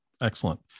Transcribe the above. Excellent